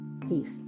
Peace